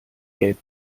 gelb